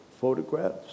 photographs